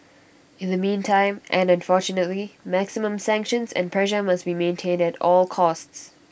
in the meantime and unfortunately maximum sanctions and pressure must be maintained at all costs